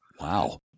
Wow